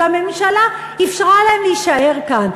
והממשלה אפשרה להם להישאר כאן.